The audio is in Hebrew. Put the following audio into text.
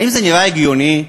האם זה נראה הגיוני,